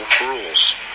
rules